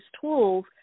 tools